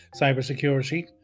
cybersecurity